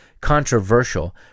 controversial